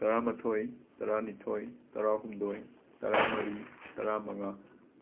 ꯇꯔꯥꯃꯥꯊꯣꯏ ꯇꯔꯥꯅꯤꯊꯣꯏ ꯇꯔꯥꯍꯨꯝꯗꯣꯏ ꯇꯔꯥꯃꯔꯤ ꯇꯔꯥꯃꯉꯥ